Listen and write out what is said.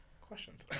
questions